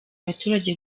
abaturage